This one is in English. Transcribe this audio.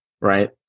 Right